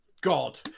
god